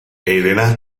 elena